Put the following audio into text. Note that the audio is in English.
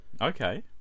Okay